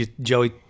Joey